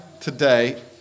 today